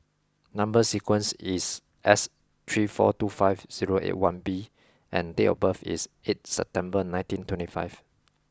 number sequence is S three four two five zero eight one B and date of birth is eighth September nineteen twenty five